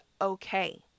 okay